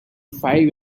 five